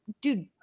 dude